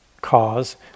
cause